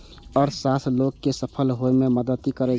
अर्थशास्त्र लोग कें सफल होइ मे मदति करै छै